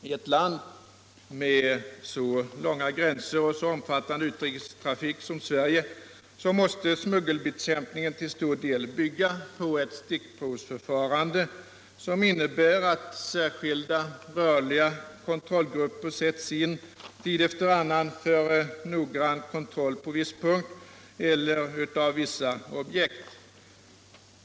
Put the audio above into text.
I ett land med så långa gränser och så omfattande utrikestrafik som Sverige måste smuggelbekämpningen till stor del bygga på ett stickprovsförfarande, som innebär att särskilda, rörliga kontrollgrupper sätts in tid efter annan för noggrann kontroll på viss punkt eller av vissa objekt.